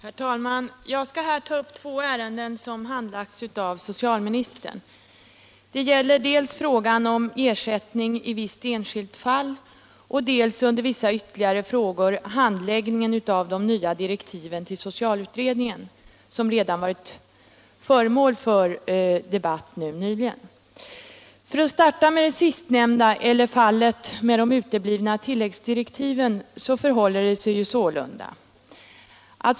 Herr talman! Jag skall här ta upp två ärenden som handlagts av so cialministern. Det gäller dels frågan om ersättning i visst enskilt fall, dels — under Vissa ytterligare frågor — handläggningen av de nya di rektiven till socialutredningen, vilka redan varit föremål för debatt. För att starta med det sistnämnda, eller Fallet med de uteblivna tilläggsdirektiven, förhåller det sig sålunda.